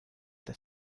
the